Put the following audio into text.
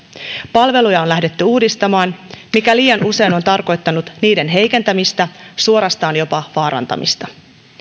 palveluja on lähdetty uudistamaan mikä liian usein on tarkoittanut niiden heikentämistä suorastaan jopa vaarantamista